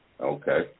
Okay